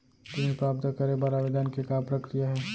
ऋण प्राप्त करे बर आवेदन के का प्रक्रिया हे?